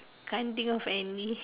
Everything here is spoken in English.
can't think of any